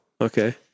Okay